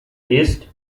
east